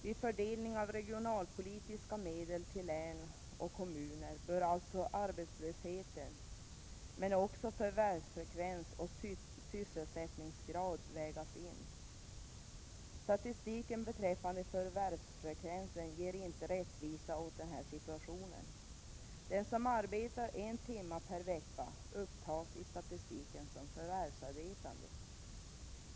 Vid fördelning av regionalpolitiska medel till län och kommuner bör alltså dels arbetslöshet, dels också förvärvsfrekvens och sysselsättningsgrad vägas in. Statistiken beträffande förvärvsfrekvensen gör inte rättvisa åt situationen. Den som arbetar en timme per vecka upptas i statistiken som förvärvsarbetande.